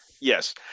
Yes